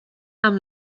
amb